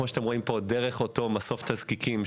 דרך אותו מסוף תזקיקים,